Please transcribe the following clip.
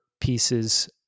pieces